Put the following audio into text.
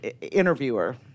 interviewer